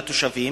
לתושבים,